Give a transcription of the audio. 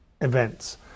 events